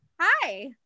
Hi